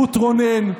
רות רונן,